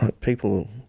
People